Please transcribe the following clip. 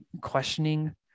questioning